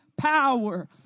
power